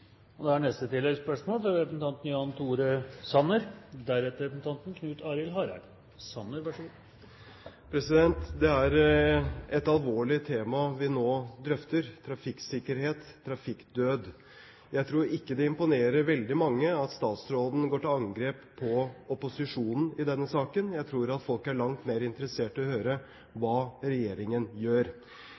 Jan Tore Sanner – til oppfølgingsspørsmål. Det er et alvorlig tema vi nå drøfter, trafikksikkerhet, trafikkdød. Jeg tror ikke det imponerer veldig mange at statsråden går til angrep på opposisjonen i denne saken. Jeg tror at folk er langt mer interessert i å høre hva regjeringen gjør.